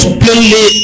plainly